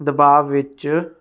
ਦਬਾਅ ਵਿੱਚ